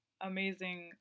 amazing